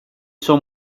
son